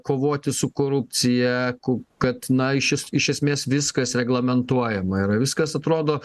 kovoti su korupcija ku kad na iš es iš esmės viskas reglamentuojama yra viskas atrodo